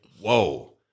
Whoa